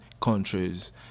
countries